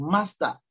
Master